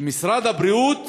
משרד הבריאות